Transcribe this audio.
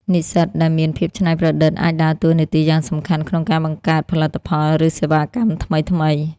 និស្សិតដែលមានភាពច្នៃប្រឌិតអាចដើរតួនាទីយ៉ាងសំខាន់ក្នុងការបង្កើត ផលិតផល ឬសេវាកម្មថ្មីៗ។